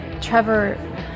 Trevor